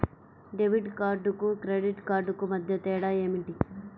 Debit కార్డుకు credit కార్డుకు మధ్య తేడా ఏమిటీ?